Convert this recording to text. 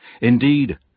Indeed